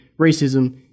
racism